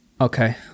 Okay